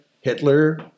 Hitler